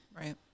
right